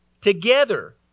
together